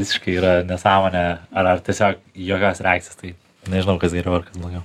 visiškai yra nesąmonė ar ar tiesiog jokios reakcijos tai nežinau kas geriau ar blogiau